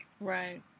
Right